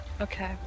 Okay